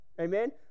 amen